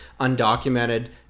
undocumented